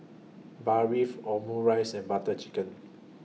Barfi Omurice and Butter Chicken